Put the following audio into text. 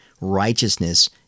righteousness